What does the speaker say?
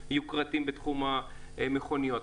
והיוקרתיות בתחום המכוניות.